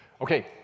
Okay